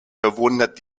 verwundert